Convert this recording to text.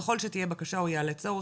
ככל שתהיה בקשה או יעלה צורך,